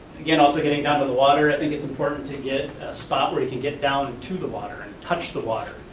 again also getting down to the water, i think it's important to get a spot where you can get down to the water and touch the water.